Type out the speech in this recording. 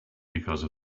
because